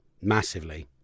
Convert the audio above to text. Massively